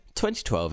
2012